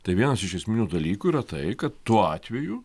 tai vienas iš esminių dalykų yra tai kad tuo atveju